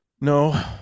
No